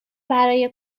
برای